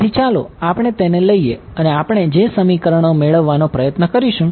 તેથી ચાલો આપણે તેને લઈએ અને આપણે જે સમીકરણો મેળવવાનો પ્રયત્ન કરીશું